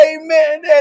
amen